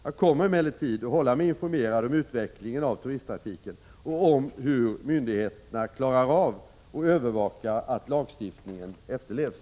Jag kommer emellertid att hålla mig informerad om utvecklingen av turisttrafiken och om hur myndigheterna klarar av att övervaka att lagstiftningen efterlevs.